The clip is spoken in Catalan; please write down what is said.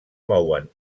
mouen